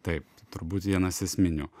taip turbūt vienas esminių